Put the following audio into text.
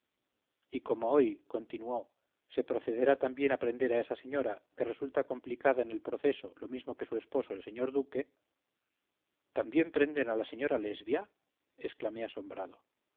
y como hoy continuó se procederá también a prender a esa señora que resulta complicada en el proceso lo mismo que su esposo el señor duque también prenden a la señora lesbia exclamé asombrado